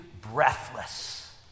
breathless